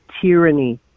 tyranny